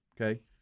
Okay